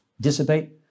dissipate